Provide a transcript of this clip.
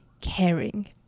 caring